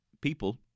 people